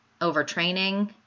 overtraining